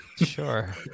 Sure